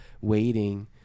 waiting